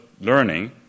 learning